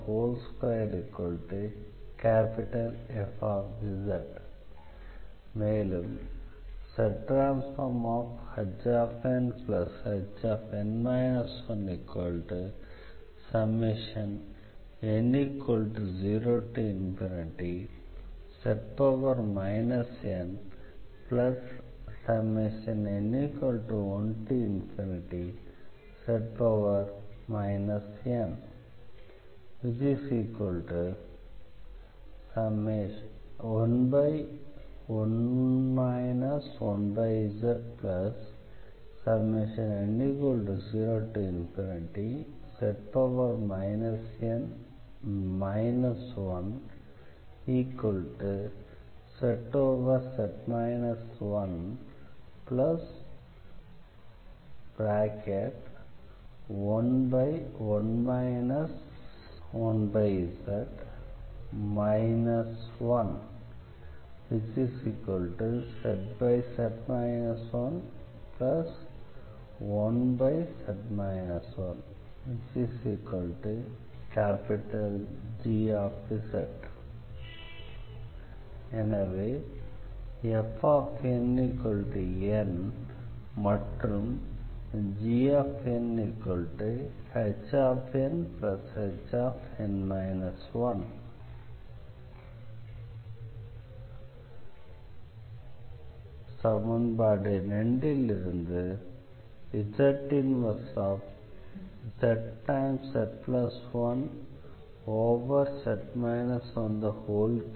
Znzz 12F மேலும் ZHnHn 1n0z nn1z n11 1zn0z n 1 zz 111 1z 1 zz 11z 1G எனவே fnn and gnHnHn 1 சமன்பாடு 2ல் இருந்து Z 1zz1z 13Z 1Fz